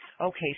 Okay